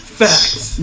facts